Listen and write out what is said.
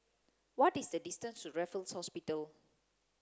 what is the distance to Raffles Hospital